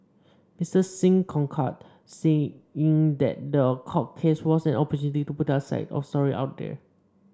Mister Singh concurred saying that the court case was an opportunity to put their side of the story out there